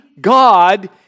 God